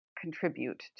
contribute